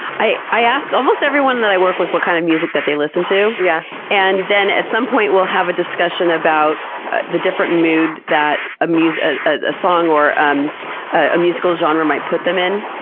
i i ask almost everyone that i work with what kind of music that they listen to. yeah and then at some point we'll have a discussion about the different mood that ah a song or um ah musical genre might put them in,